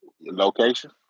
Location